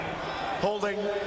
holding